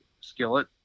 skillet